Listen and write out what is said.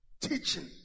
teaching